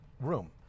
room